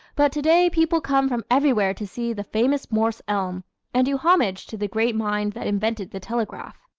but today people come from everywhere to see the famous morse elm and do homage to the great mind that invented the telegraph.